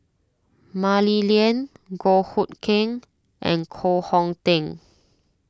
Mah Li Lian Goh Hood Keng and Koh Hong Teng